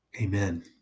Amen